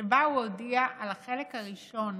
שבה הוא הודיע על החלק הראשון